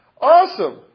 Awesome